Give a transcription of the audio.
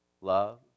love